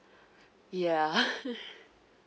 ya